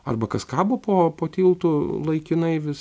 arba kas kabo po po tiltu laikinai vis